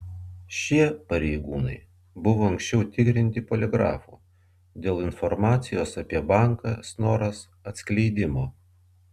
šie pareigūnai buvo anksčiau tikrinti poligrafu dėl informacijos apie banką snoras atskleidimo